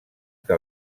que